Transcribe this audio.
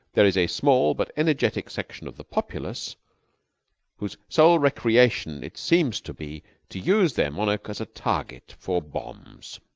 there is a small but energetic section of the populace whose sole recreation it seems to be to use their monarch as a target for bombs.